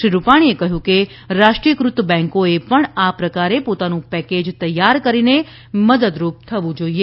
શ્રી રૂપાણીએ કહ્યું કે રાષ્ટ્રીયકૃત બેન્કોએ પણ આ પ્રકારે પોતાનું પેકેજ તૈયાર કરીને મદદરૂપ થવું જોઈએ